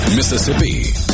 Mississippi